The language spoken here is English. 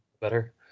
better